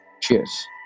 Cheers